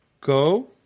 Go